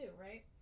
right